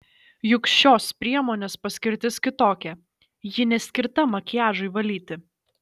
juk šios priemonės paskirtis kitokia ji neskirta makiažui valyti